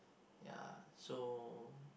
ya so